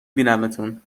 بینمتون